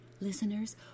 listeners